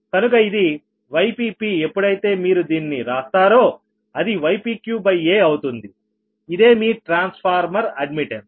కనుక ఇది Yppఎప్పుడైతే మీరు దీన్ని రాస్తారో అది ypqaఅవుతుంది ఇదేమీ ట్రాన్స్ఫార్మర్ అడ్మిట్టన్స్